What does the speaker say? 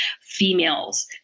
females